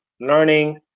learning